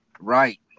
Right